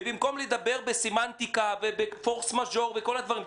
במקום לדבר בסמנטיקה ובפורס-מז'ור וכל הדברים,